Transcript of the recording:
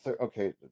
okay